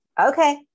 Okay